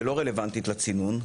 שלא רלוונטית לצינון,